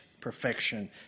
perfection